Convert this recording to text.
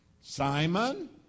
Simon